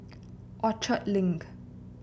Orchard Link